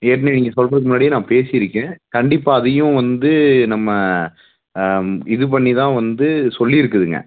ஏற்கனேவே நீங்கள் சொல்றதுக்கு முன்னாடியே நான் பேசியிருக்கேன் கண்டிப்பாக அதையும் வந்து நம்ம இது பண்ணி தான் வந்து சொல்லியிருக்குதுங்க